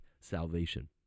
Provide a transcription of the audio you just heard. salvation